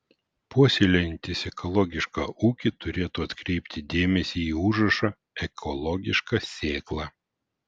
puoselėjantys ekologišką ūkį turėtų atkreipti dėmesį į užrašą ekologiška sėkla